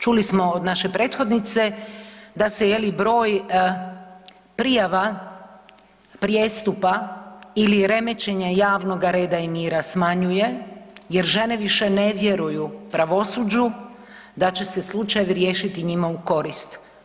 Čuli smo od naše prethodnice da se, je li, broj prijava prijestupa ili remećenja javnog reda i mira smanjuje jer žene više ne vjeruju pravosuđu, da će se slučajevi riješiti njima u korist.